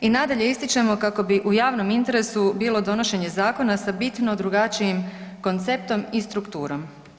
I nadalje ističemo kako bi u javnom interesu bilo donošenje zakona sa bitno drugačijim konceptom i strukturom.